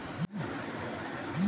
चंपा के फूल सफेद होखेला